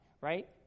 Right